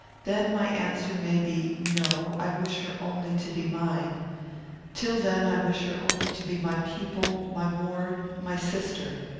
then my answer may be, no i wish her only to be mine till then, i wish her only to be my pupil, my ward, my sister.